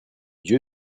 dieu